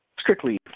strictly